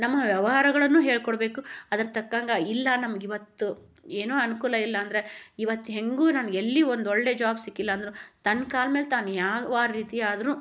ನಮ್ಮ ವ್ಯವಹಾರಗಳನ್ನು ಹೇಳಿಕೊಡ್ಬೇಕು ಅದ್ರ ತಕ್ಕಂಗೆ ಇಲ್ಲ ನಮ್ಗಿವತ್ತು ಏನೋ ಅನುಕೂಲ ಇಲ್ಲ ಅಂದರೆ ಇವತ್ತು ಹೇಗೂ ನಾನು ಎಲ್ಲಿ ಒಂದು ಒಳ್ಳೆಯ ಜಾಬ್ ಸಿಕ್ಕಿಲ್ಲ ಅಂದರೂ ತನ್ನ ಕಾಲ ಮೇಲೆ ತಾನು ಯಾವ ರೀತಿ ಆದರೂ